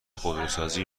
خودروسازی